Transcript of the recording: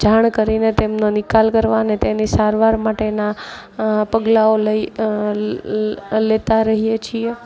જાણ કરીને તેમનો નિકાલ કરવાનો અને તેની સારવાર માટેના પગલાઓ લઈ લેતા રહીએ છીએ